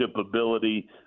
ability